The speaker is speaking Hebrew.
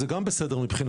זה גם בסדר מבחינתנו.